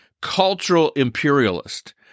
cultural-imperialist